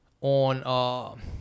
on